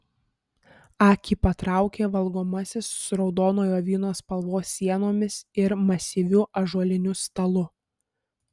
akį patraukė valgomasis su raudonojo vyno spalvos sienomis ir masyviu ąžuoliniu stalu